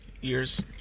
years